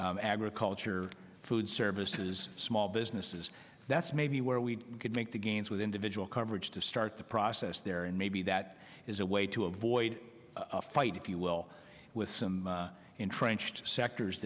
agriculture food services small businesses that's maybe where we could make the gains with individual coverage to start the process there and maybe that is a way to avoid a fight if you will with some entrenched sectors